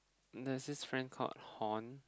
there's this friend called Horn